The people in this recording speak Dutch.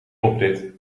oprit